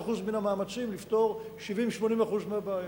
15% מן המאמצים לפתור 70%, 80% מהבעיה.